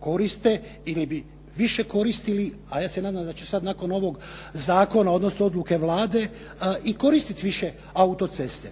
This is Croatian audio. koriste ili bi više koristili, a ja se nadam da će sada nakon ovog zakona odnosno odluke Vlade i koristiti više autoceste.